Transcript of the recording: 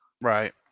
Right